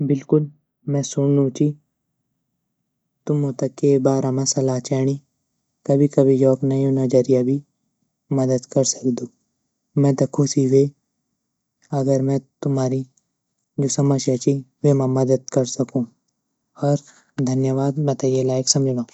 बिलकुल में सुनणु ची तुमु त के बारा म सला चेणी कभी कभी योक नयू नज़रिया भी मदद कर सकदू में त ख़ुशी वे अगर में तुम्हारी जू समस्या ची वेमा मदद सकूँ और धन्यवाद मेता ये लायक़ समझणो।